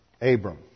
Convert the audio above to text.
Abram